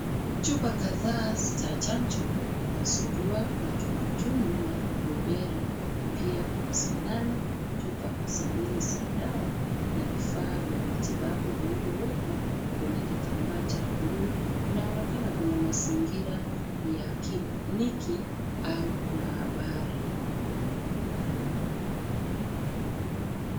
Chupa kadhaa za chanjo ya surua, matumbwitumbwi na rubela. Pia kuna sindano, chupa zingine za dawa na vifaa vya matibabu , iliyowekwa kwenye kitambaa cha buluu. Inaonekana kuna mazingira ya kliniki au maabara.